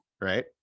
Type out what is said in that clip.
right